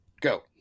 Go